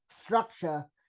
structure